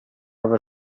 aver